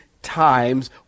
times